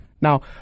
Now